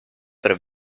tre